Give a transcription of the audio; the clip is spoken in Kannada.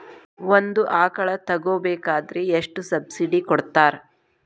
ಒಂದು ಆಕಳ ತಗೋಬೇಕಾದ್ರೆ ಎಷ್ಟು ಸಬ್ಸಿಡಿ ಕೊಡ್ತಾರ್?